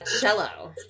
Cello